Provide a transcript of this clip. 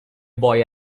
boy